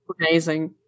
Amazing